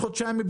את זה הבנו,